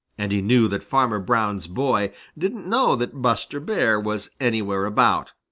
and he knew that farmer brown's boy didn't know that buster bear was anywhere about,